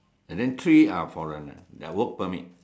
and then three are foreigners ya work permit